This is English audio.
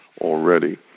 already